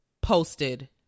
posted